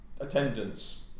attendance